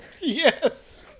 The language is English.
Yes